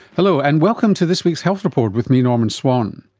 hello, and welcome to this week's health report with me, norman swan.